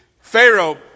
Pharaoh